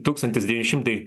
tūkstantis devyni šimtai